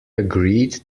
agreed